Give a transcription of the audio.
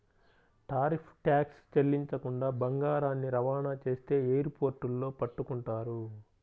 tariff tax చెల్లించకుండా బంగారాన్ని రవాణా చేస్తే ఎయిర్ పోర్టుల్లో పట్టుకుంటారు